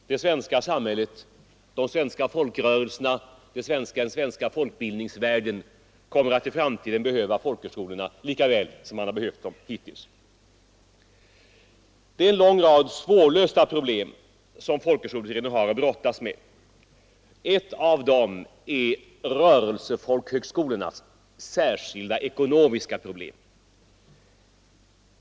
Det svenska samhället, de svenska folkrörelserna, den svenska folkbildningsvärlden kommer att också i framtiden behöva folkhögskolorna. Det är en lång rad svårlösta problem som folkhögskoleutredningen har att brottas med. Ett av dem är rörelsefolkhögskolornas särskilda ekonomiska problem.